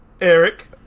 Eric